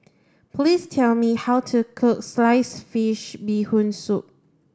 please tell me how to cook sliced fish bee hoon soup